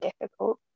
difficult